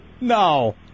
No